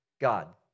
God